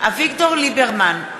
אביגדור ליברמן,